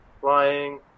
Flying